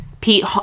Pete